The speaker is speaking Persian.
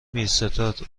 میرستاد